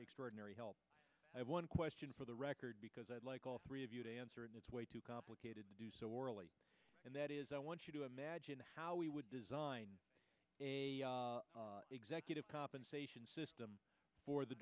extraordinary help i have one question for the record because i'd like all three of you to answer it it's way too complicated to do so orally and that is i want you to imagine how we would design a executive compensation system for the